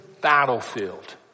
battlefield